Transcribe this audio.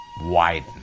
widen